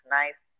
nice